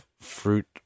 Fruit